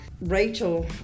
rachel